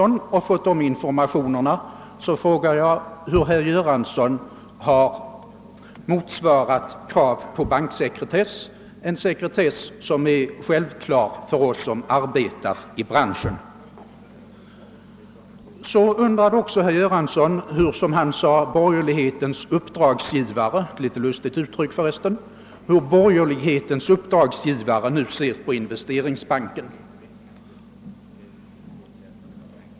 Om han fått dessa informationer av herr Göransson frågar jag, hur herr Göransson har motsvarat det krav på banksekretess, som är en självklarhet för oss som arbetar i branschen. Vidare undrade herr Göransson hur, som han sade, borgerlighetens uppdragsgivare — för övrigt ett något underligt uttryck — nu ser på Investeringsbanken.